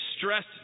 stressed